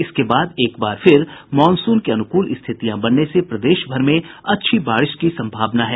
इसके बाद एक बार फिर मॉनसून के अनुकूल स्थितियां बनने से प्रदेश भर में अच्छी बारिश की संभावना है